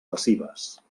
passives